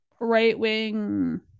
right-wing